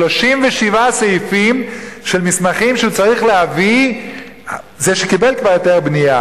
37 סעיפים של מסמכים שצריך להביא זה שקיבל כבר היתר בנייה,